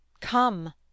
Come